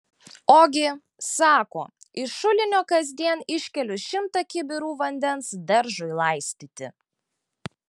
ogi sako iš šulinio kasdien iškeliu šimtą kibirų vandens daržui laistyti